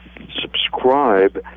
subscribe